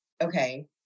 Okay